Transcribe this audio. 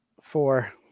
four